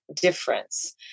difference